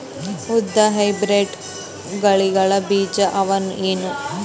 ಉದ್ದ ಹೈಬ್ರಿಡ್ ತಳಿಗಳ ಬೀಜ ಅವ ಏನು?